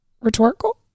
rhetorical